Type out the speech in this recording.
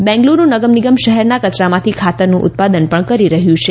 બેંગ્લૂરૂ નગમ નિગમ શહેરના કચરામાંથી ખાતરનું ઉત્પાદન પણ કરી રહ્યું છે